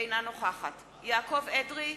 אינה נוכחת יעקב אדרי,